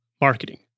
marketing